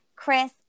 Chris